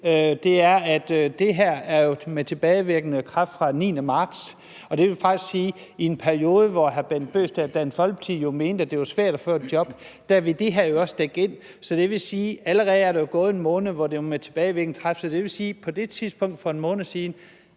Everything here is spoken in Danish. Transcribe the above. det er jo, at det her er med tilbagevirkende kraft fra den 9. marts. Det vil faktisk sige, at det her i en periode, hvor hr. Bent Bøgsted og Dansk Folkeparti mente, at det var svært at få et job, også vil dække det ind. Så det vil sige, at der allerede er gået en måned, hvor det var med tilbagevirkende kraft. Så det vil sige, at det på det tidspunkt, for en måned siden,